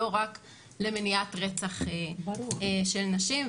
לא רק למניעת רצח של נשים,